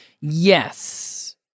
Yes